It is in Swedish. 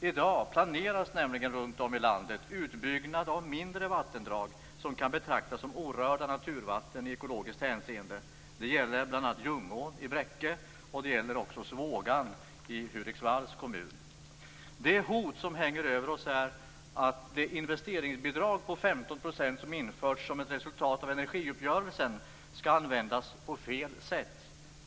I dag planeras nämligen runtom i landet utbyggnad av mindre vattendrag som kan betraktas som orörda naturvatten i ekologiskt hänseende. Det gäller bl.a. Ljungån i Bräcke, och det gäller också Svågan i Hudiksvalls kommun. Det hot som hänger över oss är att det investeringsbidrag på 15 % som införts som ett resultat av energiuppgörelsen skall användas på fel sätt.